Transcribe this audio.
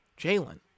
Jalen